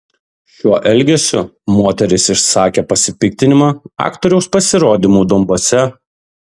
šiuo elgesiu moteris išsakė pasipiktinimą aktoriaus pasirodymu donbase